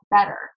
better